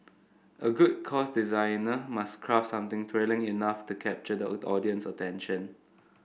a good course designer must craft something thrilling enough to capture the old audience attention